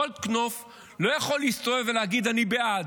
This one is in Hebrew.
גולדקנופ לא יכול להסתובב ולהגיד: אני בעד.